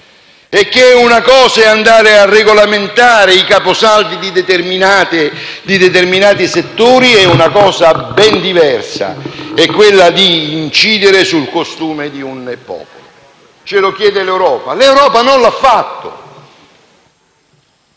nostre? Una cosa è andare a regolamentare i capisaldi di determinati settori e una cosa ben diversa è incidere sul costume di un popolo. «Ce lo chiede l'Europa»: l'Europa non l'ha fatto.